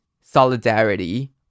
solidarity